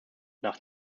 nach